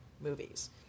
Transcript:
movies